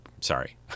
Sorry